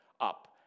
up